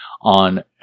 on